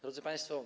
Drodzy Państwo!